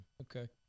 Okay